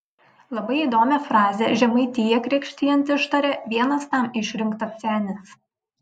labai įdomią frazę žemaitiją krikštijant ištaria vienas tam išrinktas senis